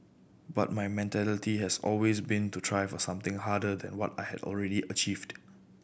but my mentality has always been to try for something harder than what I had already achieved